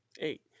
Eight